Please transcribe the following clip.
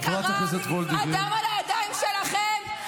יקרה, הדם על הידיים שלכם.